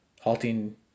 halting